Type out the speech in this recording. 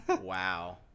Wow